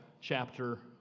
chapter